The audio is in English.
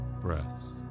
breaths